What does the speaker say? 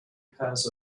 pairs